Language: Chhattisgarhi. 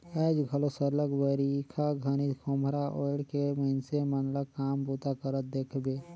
आएज घलो सरलग बरिखा घनी खोम्हरा ओएढ़ के मइनसे मन ल काम बूता करत देखबे